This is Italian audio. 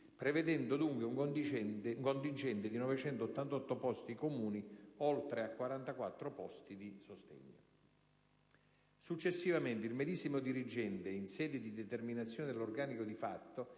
prevedendo dunque un contingente di 988 posti comuni, oltre a 44 posti di sostegno. Successivamente, il medesimo dirigente, in sede di determinazione dell'organico di fatto,